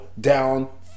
down